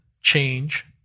change